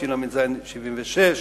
התשל"ז 1976,